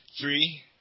three